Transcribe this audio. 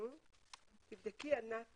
ענת